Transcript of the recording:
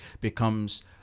becomes